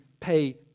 pay